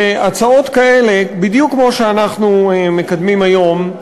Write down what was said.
שהצעות כאלה, בדיוק כמו שאנחנו מקדמים היום,